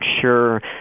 sure